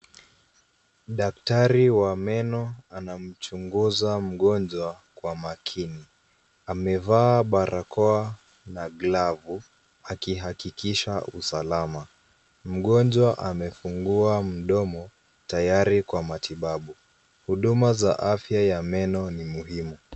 Dakatari wa meno anamchunguza mgonjwa kwa makini. Amevaa barakoa na glavu akihakikisha usalama. Mgonjwa amefungua mdomo tayari kwa matibabu. Huduma za afya ya meno ni muhimu.